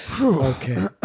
Okay